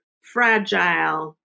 fragile